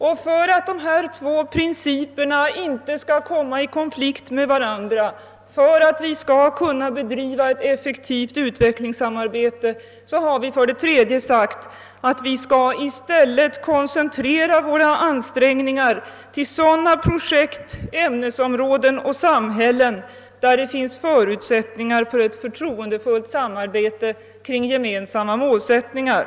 Och för att dessa principer inte skall råka i konflikt med varandra och för att vi skall kunna bedriva effektivt utvecklingssamarbete, har vi för det tredje sagt att vi i stället måste koncentrera våra ansträngningar till sådana projekt, ämnesområden och samhällen, där det finns förutsättningar för ett förtroendefullt samarbete kring gemensamma målsättningar.